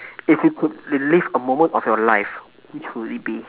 if you could relive a moment of your life which would it be